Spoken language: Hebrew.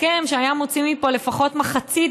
הסכם שהיה מוציא מפה לפחות מחצית,